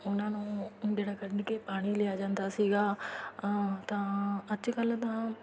ਉਹਨਾਂ ਨੂੰ ਗੇੜਾ ਕੱਢ ਕੇ ਪਾਣੀ ਲਿਆ ਜਾਂਦਾ ਸੀਗਾ ਤਾਂ ਅੱਜ ਕੱਲ੍ਹ ਤਾਂ